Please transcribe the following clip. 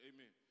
Amen